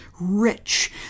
rich